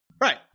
Right